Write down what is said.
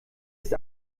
ist